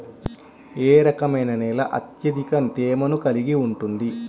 ఏ రకమైన నేల అత్యధిక తేమను కలిగి ఉంటుంది?